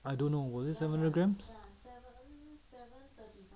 I don't know was it seven hundred grams